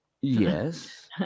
Yes